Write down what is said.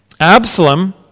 Absalom